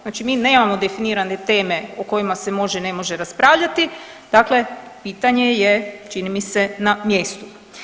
Znači mi nemamo definirane teme o kojima se može, ne može raspravljati, dakle pitanje je čini mi se na mjestu.